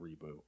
reboot